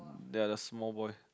their the small boy